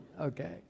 Okay